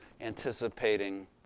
anticipating